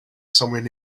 somewhere